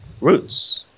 roots